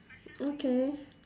okay